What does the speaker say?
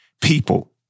people